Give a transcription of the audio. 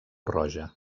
roja